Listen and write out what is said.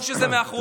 טוב שזה 100%,